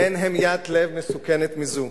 אין המיית לב מסוכנת מזו.